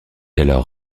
alors